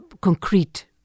concrete